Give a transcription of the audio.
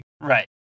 Right